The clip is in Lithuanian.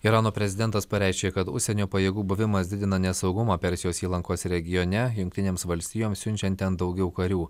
irano prezidentas pareiškė kad užsienio pajėgų buvimas didina nesaugumą persijos įlankos regione jungtinėms valstijoms siunčiant ten daugiau karių